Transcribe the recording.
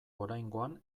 oraingoan